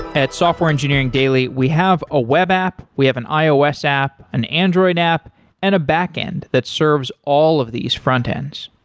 at software engineering daily, we have a web app, we have an ios app, and android app and a backend that serves all of these frontends.